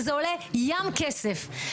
וזה עולה ים כסף.